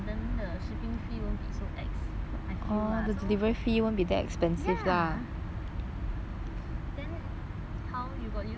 I feel lah ya then how you got use